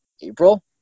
April